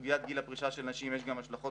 לסוגיית גיל הפרישה של נשים יש גם השלכות